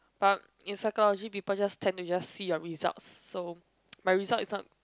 but in psychology people just tend to just see your results so my result is not